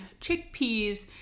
chickpeas